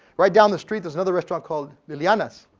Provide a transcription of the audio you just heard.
right down the street there's another restaurant called lilianas.